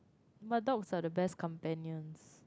but dogs are the best companions